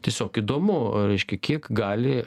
tiesiog įdomu reiškia kiek gali